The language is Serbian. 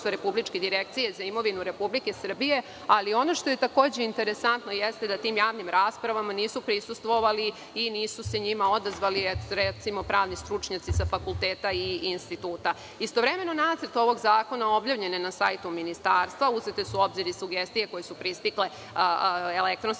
Republička direkcija za imovinu Republike Srbije, ali ono što je interesantno jeste da tim javnim raspravama nisu prisustvovali i nisu se njima odazvali, kao što su, recimo, pravni stručnjaci sa fakulteta i instituta. Istovremeno, nacrt ovog zakona je objavljen na sajtu Ministarstva. Uzete su u obzir i sugestije koje su pristigle elektronskim